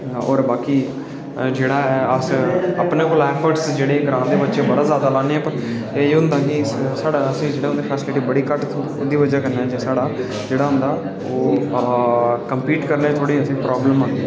ते होर बाकी जेह्ड़ा अस अपने कोला एफट्स जेह्ड़े ग्रां दे बच्चे बड़ा ज्यादा लांदे न पर एह होंदा के असैं गी फैसिलिटी बड़ी घट्ट थहोंदी ऐ ओह्दी बजह् कन्नै साढ़ा जेह्डा होंदा ओह् कम्पीट करने च असें गी थोह्ड़ी प्राबल्म औंदी